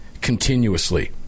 continuously